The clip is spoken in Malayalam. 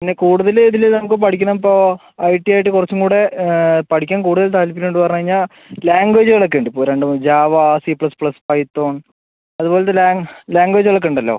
പിന്നെ കൂടുതൽ ഇതിൽ നമുക്ക് പഠിക്കുന്നത് ഇപ്പോൾ ഐ ടി ആയിട്ട് കുറച്ചും കൂടെ പഠിക്കാൻ കൂടുതൽ താൽപര്യം ഉണ്ട് പറഞ്ഞ് കഴിഞ്ഞാൽ ലാംഗ്വേജുകൾ ഒക്കെ ഉണ്ട് ഇപ്പം രണ്ട് മൂന്ന് Java C plus plus Python അതുപോലത്തെ ലാംഗ്വേജുകൾ ഒക്കെ ഉണ്ടല്ലോ